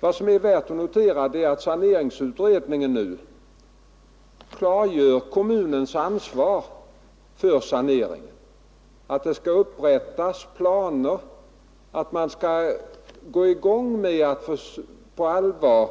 Vad som är värt att notera är att saneringsutredningen nu klargör kommunens ansvar för saneringen, att det skall upprättas planer, att man skall sätta i gång med att på allvar